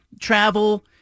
travel